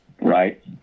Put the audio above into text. Right